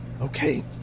Okay